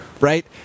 right